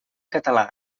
català